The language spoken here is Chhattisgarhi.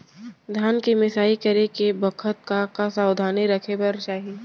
धान के मिसाई करे के बखत का का सावधानी रखें बर चाही?